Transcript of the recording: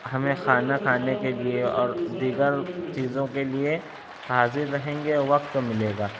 ہمیں کھانا کھانے کے لیے اور دیگر چیزوں کے لئے حاضر رہیں گے وقت ملے گا